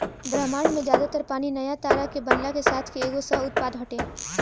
ब्रह्माण्ड में ज्यादा तर पानी नया तारा के बनला के साथ के एगो सह उत्पाद हटे